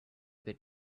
bit